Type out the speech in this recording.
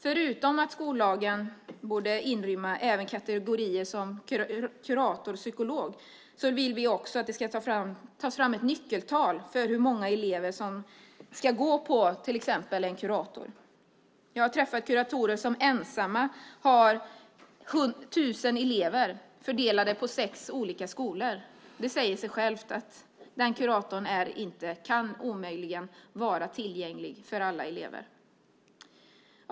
Förutom att skollagen även borde inrymma kategorier som kurator och psykolog vill vi att det ska tas fram ett nyckeltal för hur många elever som det ska gå på till exempel en kurator. Jag har träffat kuratorer som ensamma har 1 000 elever fördelade på sex olika skolor. Det säger sig självt att en sådan kurator omöjligt kan vara tillgänglig för alla elever.